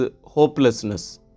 hopelessness